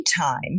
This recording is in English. time